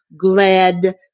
glad